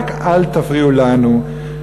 רק אל תפריעו לנו.